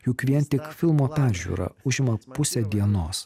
juk vien tik filmo peržiūra užima pusę dienos